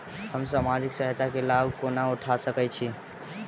हम सामाजिक सहायता केँ लाभ कोना उठा सकै छी?